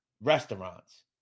restaurants